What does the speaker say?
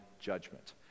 judgment